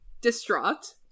distraught